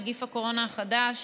נגיף הקורונה החדש)